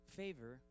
favor